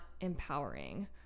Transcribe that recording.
empowering